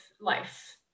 life